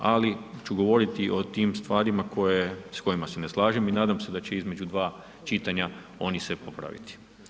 Ali ću govoriti o tim stvarima s kojima se ne slažem i nadam se da će između 2 čitanja oni se popraviti.